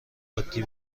عادی